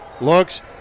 looks